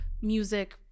music